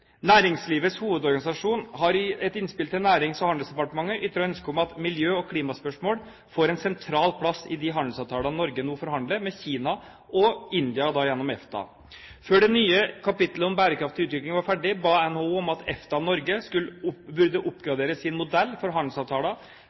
Næringslivets Hovedorganisasjon har i et innspill til Nærings- og handelsdepartementet ytret ønske om at miljø- og klimaspørsmål får en sentral plass i de handelsavtalene Norge nå forhandler med Kina og India gjennom EFTA. Før det nye kapitlet om bærekraftig utvikling var ferdig, ba NHO om at EFTA og Norge burde oppgradere sin modell for handelsavtaler